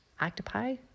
Octopi